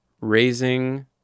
raising